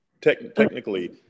Technically